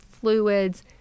fluids